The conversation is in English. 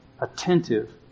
attentive